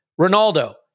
Ronaldo